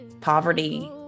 poverty